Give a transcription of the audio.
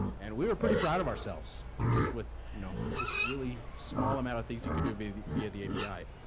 and we were pretty proud of ourselves just with, you know, this really small amount of things you could do via via the api.